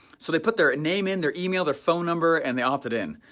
so they put their name in, their email, their phone number, and they opted in.